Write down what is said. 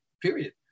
Period